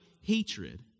hatred